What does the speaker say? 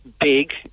big